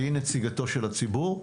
שהיא נציגתו של הציבור,